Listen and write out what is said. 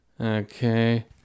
Okay